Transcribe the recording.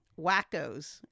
wackos